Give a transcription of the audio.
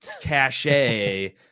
cachet